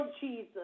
Jesus